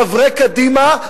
חברי קדימה,